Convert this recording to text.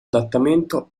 adattamento